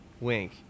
wink